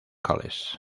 college